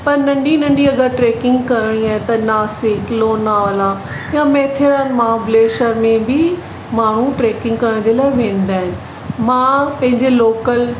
पर नंढी नंढी अगरि ट्रेकिंग करणी आहे त नासिक लोनावला या मेथेरान महाबलेश्वर में बि माण्हू ट्रेकिंग करण जे लाइ वेंदा आहिनि मां पंहिंजे लोकल